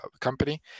company